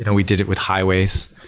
and we did it with highways,